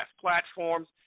platforms